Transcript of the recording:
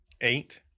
eight